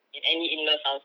in any in-laws house